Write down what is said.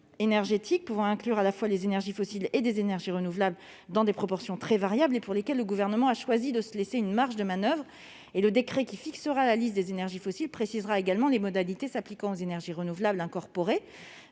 énergétiques incluant à la fois des énergies fossiles et renouvelables en proportions très variables, pour lesquels le Gouvernement a choisi de se laisser une marge de manoeuvre. Le décret qui fixera la liste des énergies fossiles précisera donc également les règles applicables aux énergies renouvelables incorporées,